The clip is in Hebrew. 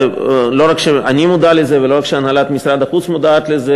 לא רק שאני מודע לזה ולא רק שהנהלת משרד החוץ מודעת לזה,